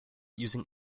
using